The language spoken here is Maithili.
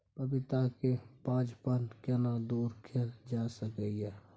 पपीता के बांझपन केना दूर कैल जा सकै ये?